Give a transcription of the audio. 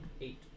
Eight